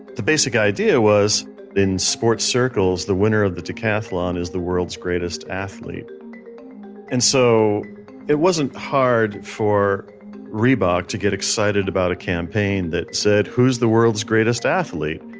the basic ideas was that in sports circles, the winner of the decathlon is the world's greatest athlete and so it wasn't hard for reebok to get excited about a campaign that said, who's the world's greatest athlete,